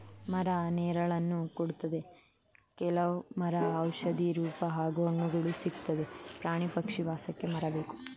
ಮರ ನೆರಳನ್ನ ಕೊಡ್ತದೆ ಕೆಲವ್ ಮರ ಔಷಧಿ ರೂಪ ಹಾಗೂ ಹಣ್ಣುಗಳು ಸಿಕ್ತದೆ ಪ್ರಾಣಿ ಪಕ್ಷಿ ವಾಸಕ್ಕೆ ಮರ ಬೇಕು